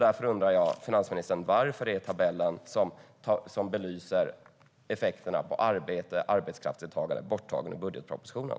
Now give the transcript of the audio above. Därför undrar jag, finansministern: Varför är tabellen som belyser effekterna på arbete och arbetskraftsdeltagande borttagen ur budgetpropositionen?